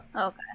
okay